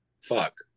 fuck